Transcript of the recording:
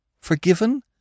Forgiven